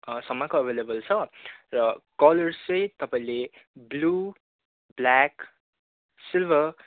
सम्मको एभाइलेबल छ र कलर्स चाहिँ तपाईँले ब्लु ब्ल्याक सिल्बर